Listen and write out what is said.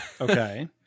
Okay